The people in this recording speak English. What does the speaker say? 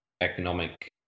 economic